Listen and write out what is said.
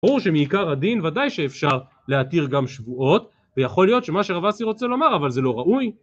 ברור שמעיקר הדין ודאי שאפשר להתיר גם שבועות, ויכול להיות שמה שרב אסי רוצה לומר: אבל זה לא ראוי